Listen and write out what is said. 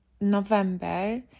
November